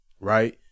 right